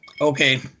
Okay